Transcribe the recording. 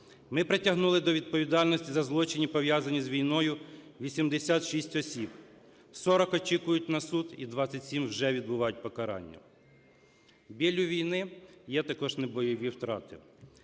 Ми притягнули до відповідальності за злочини, пов'язані з війною, 86 осіб, 40 – очікують на суд і 27 – вже відбувають покарання. Біллю війни є також небойові втрати.